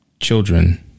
Children